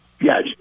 Yes